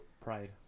Pride